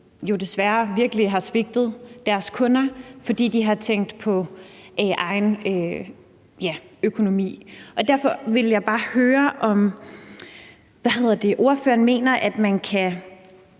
desværre virkelig har svigtet deres kunder, fordi de har tænkt på egen økonomi. Derfor ville jeg bare høre, om ordføreren mener, at man kan